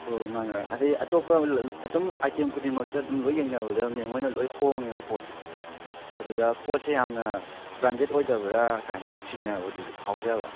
ꯍꯣ ꯃꯥꯅꯤ ꯃꯥꯅꯤ ꯑꯗꯩ ꯑꯇꯣꯞꯄ ꯑꯗꯨꯝ ꯑꯥꯏꯇꯦꯝ ꯈꯨꯗꯤꯡꯃꯛꯇ ꯑꯗꯨꯝ ꯂꯣꯏ ꯌꯦꯡꯅꯕꯗ ꯃꯦꯝ ꯍꯣꯏꯅ ꯂꯣꯏ ꯍꯣꯡꯉꯦꯕ ꯄꯣꯠꯁꯦ ꯑꯗꯨꯗ ꯄꯣꯠꯁꯦ ꯌꯥꯝꯅ ꯕ꯭ꯔꯥꯟꯗꯦꯠ ꯑꯣꯏꯗꯕ꯭ꯔꯥ ꯀꯥꯏꯅ ꯑꯃꯨꯛ ꯆꯤꯡꯅꯕꯗꯨꯁꯨ ꯐꯥꯎꯖꯕ